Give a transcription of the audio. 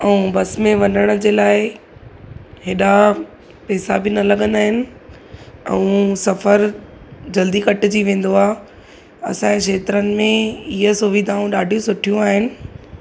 ऐं बस में वञण जे लाइ एॾा पेसा बि न लॻंदा आहिनि ऐं सफ़र जल्दी कटिजी वेंदो आहे असांजे खेत्रनि में ईहे सुविधाऊं ॾाढी सुठियूं आहिनि